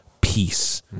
peace